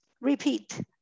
repeat